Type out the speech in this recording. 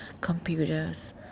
computers